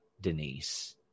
denise